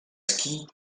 ski